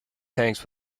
tanks